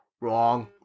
wrong